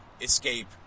escape